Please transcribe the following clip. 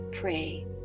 pray